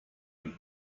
ein